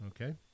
okay